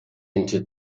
into